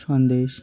Sandesh